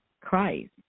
Christ